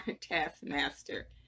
taskmaster